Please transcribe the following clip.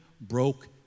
broke